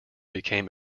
became